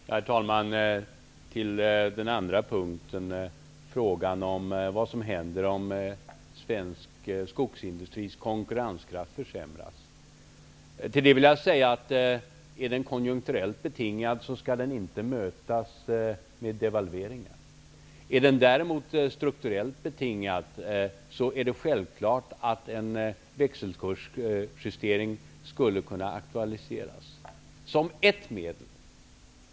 Herr talman! När det gäller frågan om vad som händer om svensk skogsindustris konkurrenskraft försämras, vill jag säga att om försämringen är konjunkturellt betingad skall den inte mötas med devalveringar. Är försämringen däremot strukturellt betingad är det självklart att en växelkursjustering skulle kunna aktualiseras som ett medel.